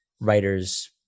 writers